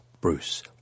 Bruce